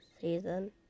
season